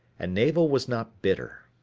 and navel was not bitter.